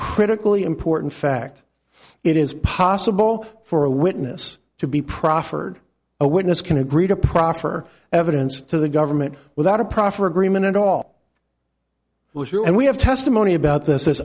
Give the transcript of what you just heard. critically important fact it is possible for a witness to be proffered a witness can agree to proffer evidence to the government without a proffer agreement at all and we have testimony about this